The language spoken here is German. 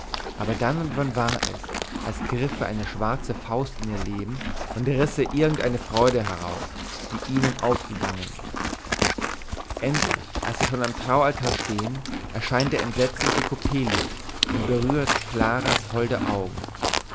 aber dann und wann war es als griffe eine schwarze faust in ihr leben und risse irgend eine freude heraus die ihnen aufgegangen endlich als sie schon am traualtar stehen erscheint der entsetzliche coppelius und berührt claras holde augen